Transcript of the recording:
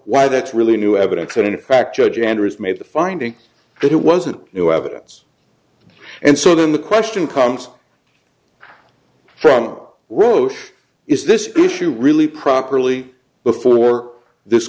why that's really new evidence that in fact judge andrews made a finding that it wasn't new evidence and so then the question comes from roche is this issue really properly before this